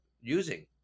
using